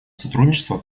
сотрудничества